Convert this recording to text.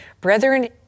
Brethren